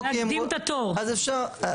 אז אפשר,